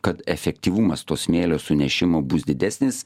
kad efektyvumas to smėlio sunešimo bus didesnis